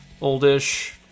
oldish